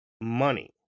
money